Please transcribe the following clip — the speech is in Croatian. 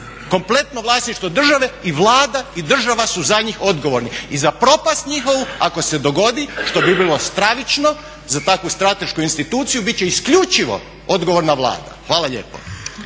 kompletno vlasništvo države i Vlada i država su za njih odgovorni i za propast njihovu ako se dogodi što bi bilo stravično za takvu stratešku instituciju bit će isključivo odgovorna Vlada. Hvala lijepo.